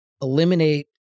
Eliminate